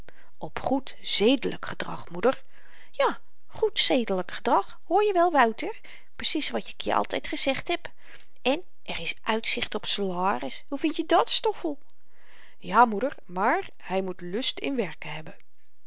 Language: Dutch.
op goed zedelyk gedrag moeder ja goed zedelyk gedrag hoor je wel wouter precies wat ik je altyd gezegd heb en er is uitzicht op salaris hoe vind je dàt stoffel ja moeder maar hy moet lust in werken hebben